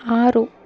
ಆರು